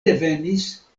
devenis